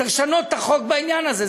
צריך לשנות את החוק בעניין הזה.